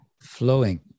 Flowing